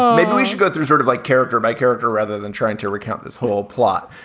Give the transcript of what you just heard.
maybe we should go through sort of like character by character rather than trying to recount his whole plot.